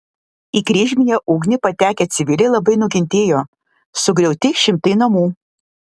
į kryžminę ugnį patekę civiliai labai nukentėjo sugriauti šimtai namų